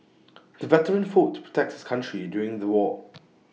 the veteran fought to protect his country during the war